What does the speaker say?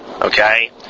okay